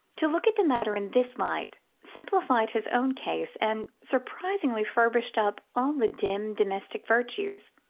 to look at the matter in this light simplified his own case and surprisingly furbished up all the dim domestic virtues.